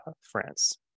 France